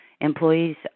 employees